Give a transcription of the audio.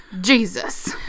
Jesus